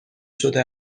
شده